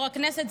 יו"ר הכנסת,